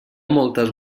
moltes